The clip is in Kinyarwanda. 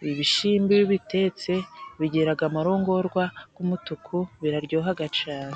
Ibi bishimbo iyo ubitetse bigira amarongorwa g'umutuku biraryohaga cane.